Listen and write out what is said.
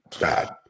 bad